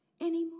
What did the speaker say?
anymore